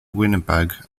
winnipeg